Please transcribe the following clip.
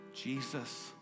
Jesus